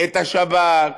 את השב"כ,